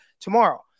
tomorrow